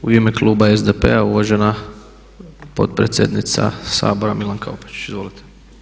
U ime kluba SDP-a uvažena potpredsjednica Sabora, Milanka Opačić, izvolite.